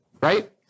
right